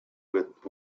with